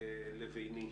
לביני.